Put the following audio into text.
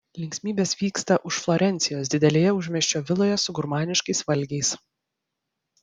linksmybės vyksta už florencijos didelėje užmiesčio viloje su gurmaniškais valgiais